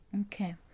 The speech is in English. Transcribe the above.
Okay